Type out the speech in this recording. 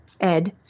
Ed